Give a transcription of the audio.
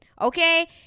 okay